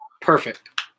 Perfect